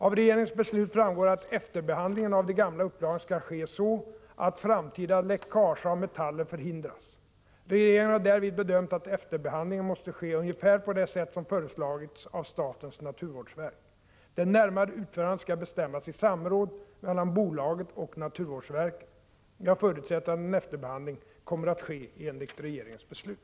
Av regeringens beslut framgår att efterbehandlingen av de gamla upplagen skall ske så att framtida läckage av metaller förhindras. Regeringen har därvid bedömt att efterbehandlingen måste ske ungefär på det sätt som föreslagits av statens naturvårdsverk. Det närmare utförandet skall bestämmas i samråd mellan bolaget och naturvårdsverket. Jag förutsätter att en efterbehandling kommer att ske enligt regeringens beslut.